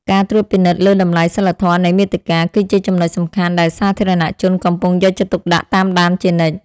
ការត្រួតពិនិត្យលើតម្លៃសីលធម៌នៃមាតិកា គឺជាចំណុចសំខាន់ដែលសាធារណជនកំពុងយកចិត្តទុកដាក់តាមដានជានិច្ច។